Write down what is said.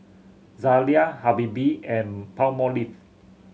Zalia Habibie and Palmolive